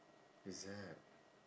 is it